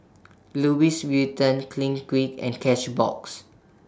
Louis Vuitton Clinique and Cashbox